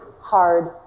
hard